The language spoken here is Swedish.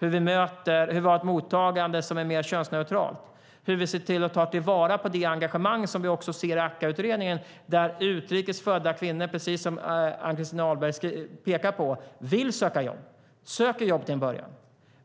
Hur får vi ett mottagande som är mer könsneutralt? Hur ser vi till att ta vara på det engagemang som vi också ser i AKKA-utredningen där utrikes födda kvinnor, precis som Ann-Christin Ahlberg pekar på, vill söka jobb? De söker jobb till en början,